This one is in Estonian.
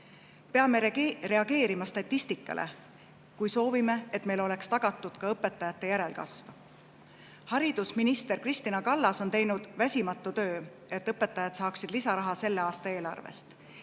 Peame reageerima statistikale, kui soovime, et meil oleks tagatud ka õpetajate järelkasv. Haridusminister Kristina Kallas on teinud väsimatult tööd, et õpetajad saaksid selle aasta eelarvest